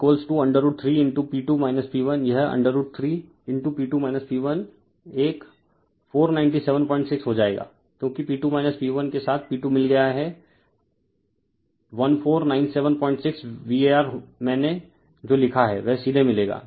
refer slide time 2007 अब QT√3 P2 P1 यह √3 P2 P1 एक 4976 हो जाएगा क्योंकि P2 P1 के साथ P2 मिल गया है 14976 VAr में मैंने जो लिखा है वह सीधे मिलेगा